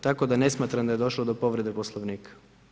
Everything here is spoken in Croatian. Tako da ne smatram da je došlo do povrede Poslovnika.